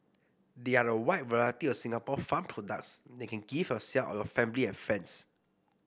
there are a wide variety of Singapore farmed products that you can gift yourselves or your family and friends